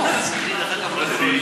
שלו.